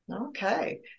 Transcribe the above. Okay